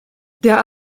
der